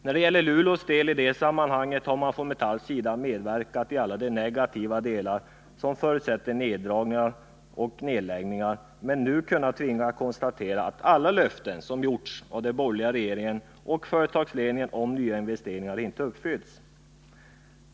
När det gäller Luleås del i det sammanhanget har man från Metalls sida medverkat i alla de negativa beslut som förutsätter neddragningar och nedläggningar, men nu tvingas man konstatera att alla löften som gjorts av den borgerliga regeringen och företagsledningen om nya investeringar inte uppfyllts.